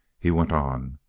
he went on.